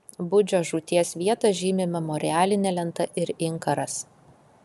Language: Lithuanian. budžio žūties vietą žymi memorialinė lenta ir inkaras